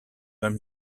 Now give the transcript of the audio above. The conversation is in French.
vingt